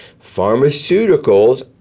Pharmaceuticals